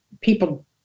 people